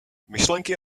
myšlenky